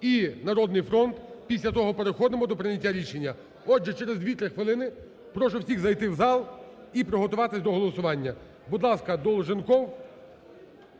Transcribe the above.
і "Народний фронт", після того переходимо до прийняття рішення. Отже, через 2-3 хвилин прошу всіх зайти в зал і приготуватись до голосування. Будь ласка, Долженков